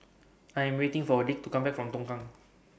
I Am waiting For Dick to Come Back from Tongkang